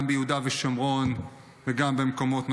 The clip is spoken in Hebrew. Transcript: גם ביהודה ושומרון וגם במקומות נוספים.